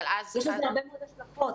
יש לזה הרבה מאוד השלכות.